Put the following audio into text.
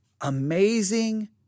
amazing